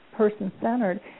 person-centered